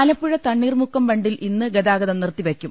ആലപ്പുഴ തണ്ണീർമുക്കം ബണ്ടിൽ ഇന്ന് ഗതാഗതം നിർത്തി വയ്ക്കും